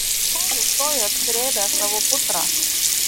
ko nustojot srėbę savo putrą